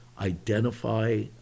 identify